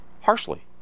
Harshly